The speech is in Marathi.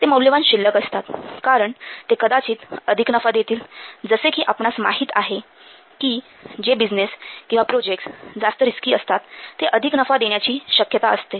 ते मौल्यवान शिल्लक असतात कारण ते कदाचित अधिक नफा देतील जसे कि आपणास माहित आहे कि जे बिझनेस किंवा प्रोजेक्टस जास्त रिस्की असतात ते अधिक नफा देण्याची शक्यता असते